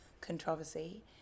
controversy